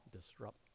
disrupt